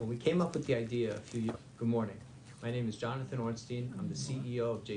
היה קצת קשה לשמוע, אני לא יודעת מי הצליח.